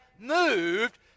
moved